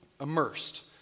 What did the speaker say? immersed